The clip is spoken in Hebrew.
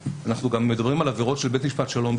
אנחנו גם בכל קמרה מדברים על עבירות של בית משפט שלום.